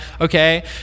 okay